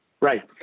Right